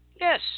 Yes